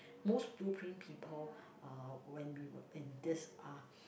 most blueprint people uh when we were in this uh